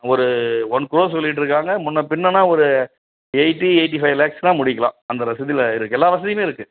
ஒரு ஒன் க்ரோர் சொல்லிகிட்ருக்காங்க முன்னே பின்னன்னா ஒரு எயிட்டி எயிட்டி ஃபைவ் லேக்ஸ்னா முடிக்கலாம் அந்த ரசதியில் இருக்குது எல்லாம் வசதியுமே இருக்குது